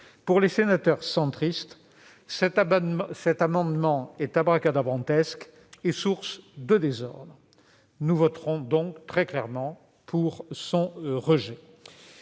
Pour les sénateurs centristes, cet amendement est « abracadabrantesque » et source de désordre. Nous voterons donc très clairement pour son rejet.